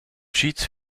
cheats